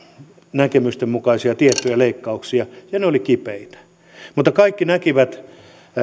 näkemysten mukaisia tiettyjä leikkauksia ja ne olivat kipeitä mutta kaikki näkivät